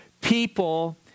people